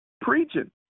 Preaching